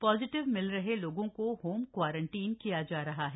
positive मिल रहे लोगों को होम क्वारंटाइन किया जा रहा है